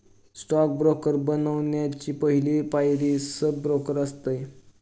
stock broker बनण्याची पहली पायरी सब ब्रोकर असते